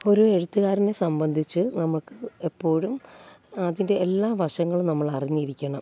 ഒരു എഴുത്തുകാരനെ സംബന്ധിച്ച് നമുക്ക് എപ്പോഴും അതിൻ്റെ എല്ലാ വശങ്ങളും നമ്മളറിഞ്ഞിരിക്കണം